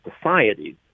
societies